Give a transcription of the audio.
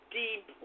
deep